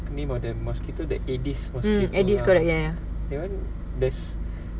mm aedes correct ya